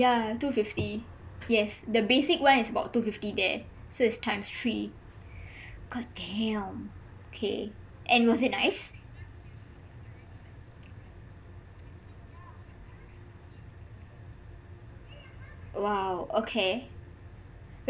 yah two fifty yes the basic [one] is about two fifty there so it's times three god damn okay and was is nice !wow! okay